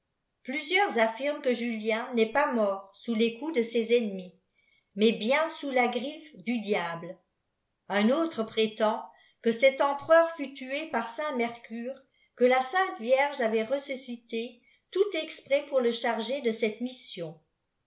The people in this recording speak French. plusieurs affirment que jalien n'est pas mort sous les coups de ses ennemis mais bien sous la griffe du ditble im antre hftd que cet piperpur fut tué pr saint meroitre que la sainte vierge avait ressuscité tout exprès pour le dbargâr de œtt mission